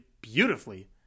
beautifully